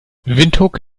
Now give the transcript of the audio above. windhoek